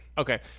Okay